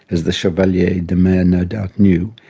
as the chevallier de mere no doubt knew,